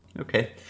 Okay